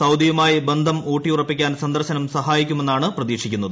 സൌദിയുമായി ബന്ധം ഊട്ടിഉറപ്പിക്കാൻ സന്ദർശനം സഹായിക്കുമെന്നാണ് പ്രതീക്ഷിക്കുന്നത്